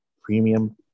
premium